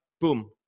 Boom